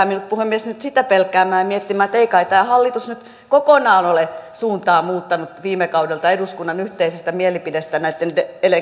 minut nyt puhemies pelkäämään ja miettimään sitä että ei kai tämä hallitus nyt kokonaan ole suuntaa muuttanut viime kaudelta eduskunnan yhteisestä mielipiteestä näiden